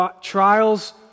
Trials